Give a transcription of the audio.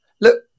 Look